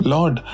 Lord